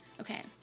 Okay